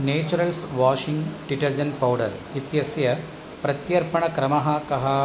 naturals washing detergent powder इत्यस्य प्रत्यर्पणक्रमः कः